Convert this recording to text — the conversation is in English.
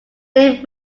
name